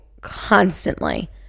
constantly